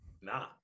Nah